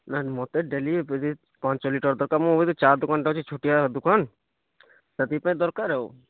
ନା ନା ମୋତେ ଡେଲି ଯଦି ପାଞ୍ଚ ଲିଟର୍ ଦରକାର୍ ମୋ ପାଖରେ ଚା ଦୋକାନ୍ଟେ ଅଛି ଛୋଟିଆ ଦୋକାନ୍ ସେଥିପାଇଁ ଦରକାର୍ ଆଉ